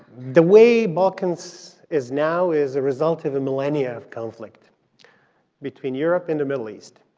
the way balkans is now is a result of a millennia of conflict between europe and the middle east.